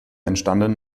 entstanden